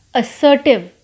assertive